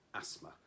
asthma